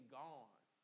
gone